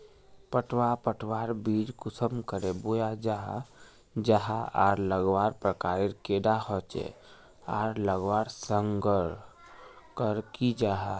पटवा पटवार बीज कुंसम करे बोया जाहा जाहा आर लगवार प्रकारेर कैडा होचे आर लगवार संगकर की जाहा?